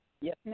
Yes